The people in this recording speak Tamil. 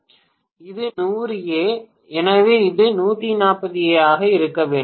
இது 100 ஏ எனவே இது 140 ஏ ஆக இருக்க வேண்டும்